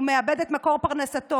הוא מאבד את מקור פרנסתו,